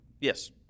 Yes